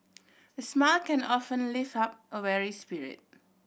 a smile can often lift up a weary spirit